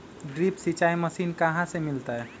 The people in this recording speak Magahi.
ड्रिप सिंचाई मशीन कहाँ से मिलतै?